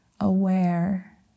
aware